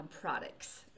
products